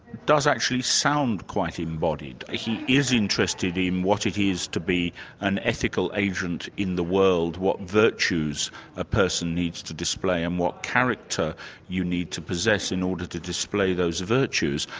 does actually sound quite embodied. he is interested in what it is to be an ethical agent in the world, what virtues a person needs to display and what character you need to possess in order to display those virtues.